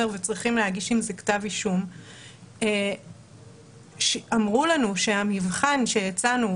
וצריכים להגיש עם זה כתב אישום אמרו לנו שהמבחן שהצענו